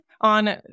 on